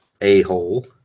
A-hole